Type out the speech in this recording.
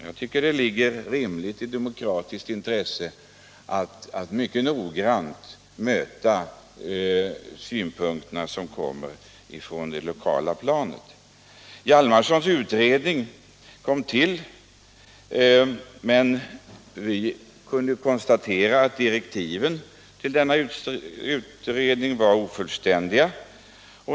Jag tycker att det är rimligt och av demokratiskt intresse att mycket noggrant pröva synpunkterna från dessa håll. Den Hjalmarsonska utredningen tillsattes, men vi kunde konstatera att direktiven till den utredningen var ofullständiga.